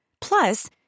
Plus